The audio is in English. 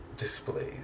displays